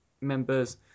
members